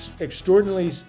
extraordinarily